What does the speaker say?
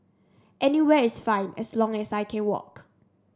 anywhere is fine as long as I can walk